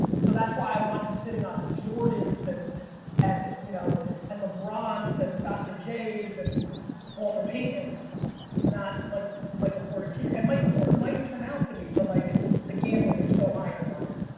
so that's why i want you sitting on jordan's and and you know and lebron's and dr. j's and walter payton's not michael porter jr jr and michael porter might turn out to be but like the gambling is so high on modern.